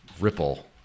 ripple